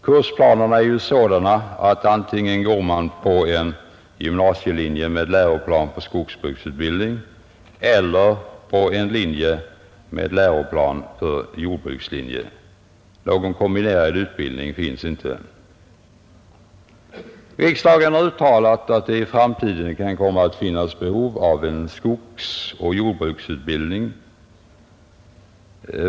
Kursplanerna är ju sådana att man antingen går på en gymnasielinje med läroplan för skogsbruksutbildning eller på en linje med läroplan för jordbrukslinje. Någon kombinerad utbildning finns inte. Riksdagen har uttalat att det i framtiden kan komma att finnas behov av en skogsoch jordbruksutbildning.